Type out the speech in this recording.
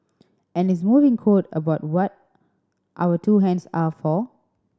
and his moving quote about what our two hands are for